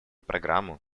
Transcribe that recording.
программу